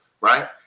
right